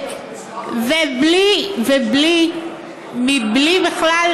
בלי בכלל,